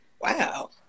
Wow